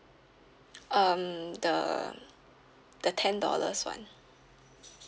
um the the ten dollars [one]